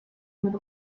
mit